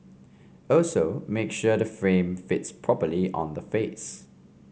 also make sure the frame fits properly on the face